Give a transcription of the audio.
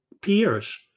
peers